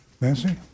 Nancy